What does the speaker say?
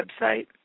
website